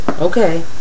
Okay